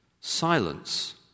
silence